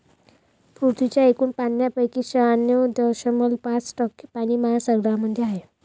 पृथ्वीच्या एकूण पाण्यापैकी शहाण्णव दशमलव पाच टक्के पाणी महासागरांमध्ये आहे